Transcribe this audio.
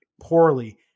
poorly